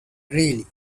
greeley